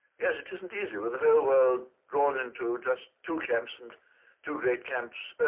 yes, it isn't easy with the whole world drawn into just two camps and two great camps